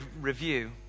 review